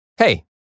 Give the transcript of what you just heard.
Hey